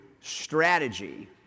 strategy